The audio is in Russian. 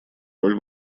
роль